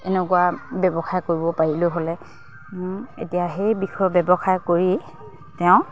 এনেকুৱা ব্যৱসায় কৰিব পাৰিলোঁ হ'লে এতিয়া সেই বিষয় ব্যৱসায় কৰি তেওঁ